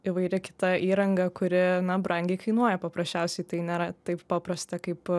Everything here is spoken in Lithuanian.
įvairia kita įranga kuri na brangiai kainuoja paprasčiausiai tai nėra taip paprasta kaip